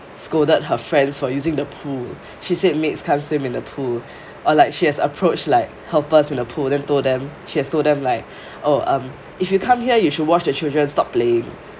scolded her friends for using the pool she said maids can't swim in the pool or like she has approached like helpers in the pool then told them she has told them like oh um if you come here you should watch the children stop playing